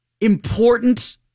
important